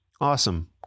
Awesome